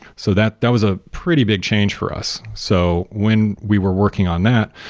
so that that was a pretty big change for us. so when we were working on that,